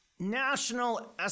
National